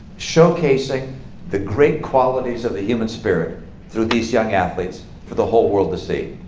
showcasing the great qualities of the human spirit through these young athletes for the whole world to see.